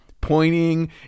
pointing